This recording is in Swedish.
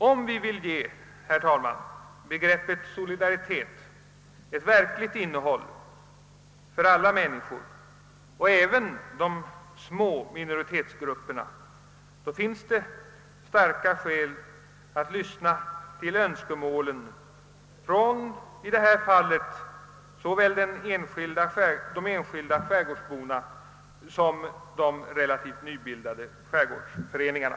Om vi, herr talman, vill ge begreppet solidaritet ett verkligt innehåll för alla människor, även de små minoritetsgrupperna, finns det starka skäl att lyssna till önskemålen i detta fall från såväl de enskilda skärgårdsborna som de relativt nybildade skärgårdsföreningarna.